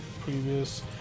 previous